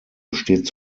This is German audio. besteht